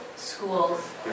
Schools